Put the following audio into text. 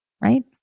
right